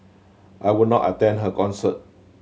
I would not attend her concert